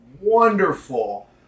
wonderful